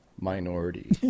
minority